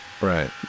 Right